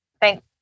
thank